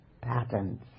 patterns